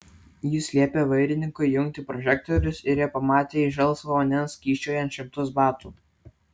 jis liepė vairininkui įjungti prožektorius ir jie pamatė iš žalsvo vandens kyščiojant šimtus batų